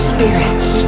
Spirits